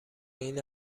این